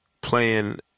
playing